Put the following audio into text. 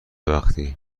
وقتی